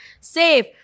safe